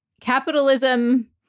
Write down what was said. capitalism